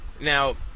Now